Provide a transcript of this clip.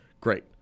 great